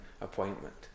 appointment